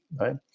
right